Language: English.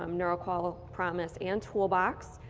um neuro-qol, promis and toolbox.